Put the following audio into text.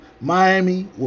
Miami